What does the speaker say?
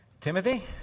Timothy